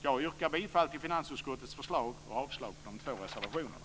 Jag yrkar bifall till finansutskottets förslag och avslag på de två reservationerna.